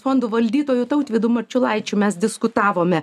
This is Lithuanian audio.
fondų valdytoju tautvydu marčiulaičiu mes diskutavome